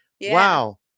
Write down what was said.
wow